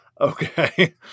Okay